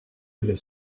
vais